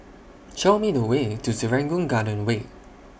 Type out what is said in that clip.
Show Me The Way to Serangoon Garden Way